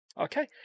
Okay